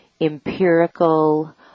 empirical